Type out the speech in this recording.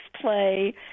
play